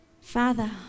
Father